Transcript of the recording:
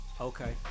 Okay